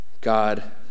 God